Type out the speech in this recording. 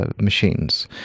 machines